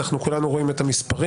אנחנו כולנו רואים את המספרים.